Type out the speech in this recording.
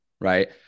right